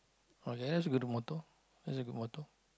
!wah! th~ that's a good motto that's a good motto